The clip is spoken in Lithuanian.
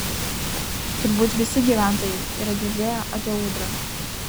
turbūt visi gyventojai yra girdėję apie ūdrą